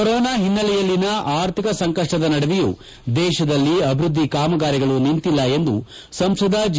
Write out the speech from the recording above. corona ಹಿನ್ನೆಲೆಯಲ್ಲಿನ ಆರ್ಥಿಕ ಸಂಕಷ್ಟದ ನಡುವೆಯೂ ದೇಶದಲ್ಲಿ ಅಭಿವೃದ್ದಿ ಕಾಮಗಾರಿಗಳು ನಿಂತಿಲ್ಲ ಎಂದು ಸಂಸದ ಜಿ